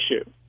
issue